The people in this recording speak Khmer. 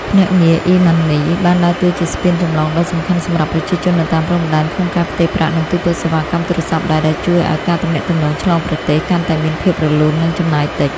ភ្នាក់ងារ អ៊ីម៉ាន់នី (eMoney) បានដើរតួជាស្ពានចម្លងដ៏សំខាន់សម្រាប់ប្រជាជននៅតាមព្រំដែន ក្នុងការផ្ទេរប្រាក់ និងទូទាត់សេវាកម្មទូរស័ព្ទដៃ ដែលជួយឱ្យការទំនាក់ទំនងឆ្លងប្រទេសកាន់តែមានភាពរលូន និងចំណាយតិច។